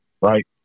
right